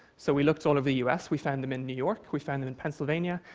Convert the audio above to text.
so we looked all the u s. we found them in new york, we found them in pennsylvania,